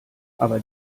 aber